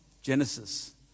Genesis